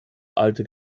alte